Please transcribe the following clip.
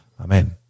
Amen